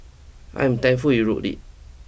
I am thankful you wrote it